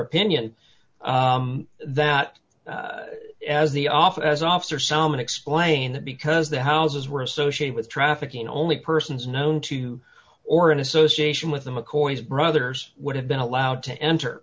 opinion that as the office as officer someone explain because the houses were associated with trafficking only persons known to or in association with the mccoys brothers would have been allowed to enter